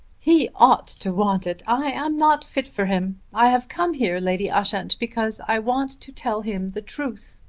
he ought to want it. i am not fit for him. i have come here, lady ushant, because i want to tell him the truth.